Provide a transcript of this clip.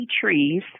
trees